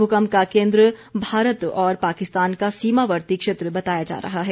भूकम्प का केंद्र भारत और पाकिस्तान का सीमावर्ती क्षेत्र बताया जा रहा है